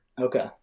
Okay